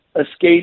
escaped